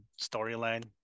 storyline